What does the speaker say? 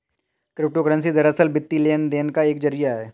crypto currency दरअसल, वित्तीय लेन देन का एक जरिया है